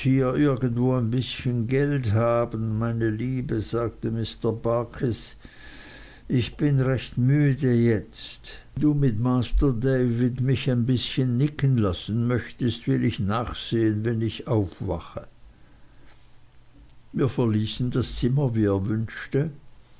irgendwo ein bißchen geld haben meine liebe sagte mr barkis ich bin recht müde jetzt wenn du mit master david mich ein bißchen nicken lassen möchtest will ich nachsehen wenn ich aufwache wir verließen das zimmer wie er wünschte